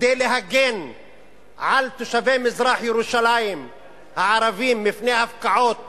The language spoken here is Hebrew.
כדי להגן על תושבי מזרח-ירושלים הערבים מפני הפקעות